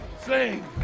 sing